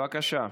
בבקשה,